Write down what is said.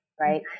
right